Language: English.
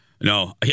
No